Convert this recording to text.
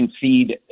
feed